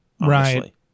Right